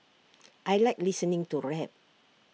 I Like listening to rap